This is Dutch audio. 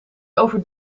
over